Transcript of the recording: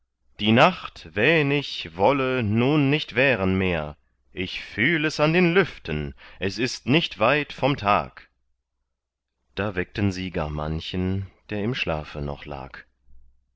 die nacht wähn ich wolle nun nicht währen mehr ich fühl es an den lüften es ist nicht weit vom tag da weckten sie gar manchen der im schlafe noch lag